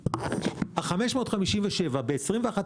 ב-2022-2021,